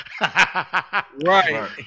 right